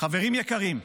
חברים יקרים,